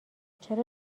چرا